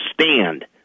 stand